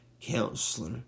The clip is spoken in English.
counselor